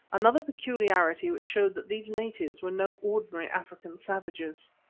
another peculiarity which showed that these natives were no ordinary african savages.